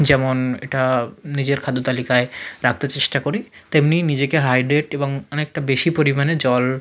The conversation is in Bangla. যেমন এটা নিজের খাদ্যতালিকায় রাখতে চেষ্টা করি তেমনি নিজেকে হাইড্রেট এবং অনেকটা বেশি পরিমাণে জল